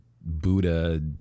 buddha